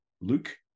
Luke